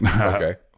Okay